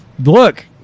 Look